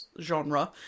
genre